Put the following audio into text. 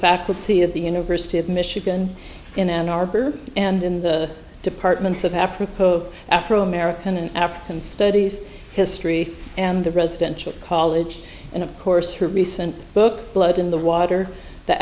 faculty of the university of michigan in ann arbor and in the departments of africa afro american and african studies history and the residential college and of course her recent book blood in the water the